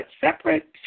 Separate